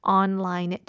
online